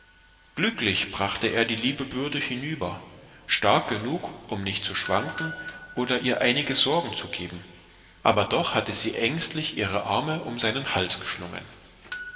glücklich brachte er die liebe bürde hinüber stark genug um nicht zu schwanken oder ihr einige sorgen zu geben aber doch hatte sie ängstlich ihre arme um seinen hals geschlungen